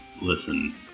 listen